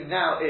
now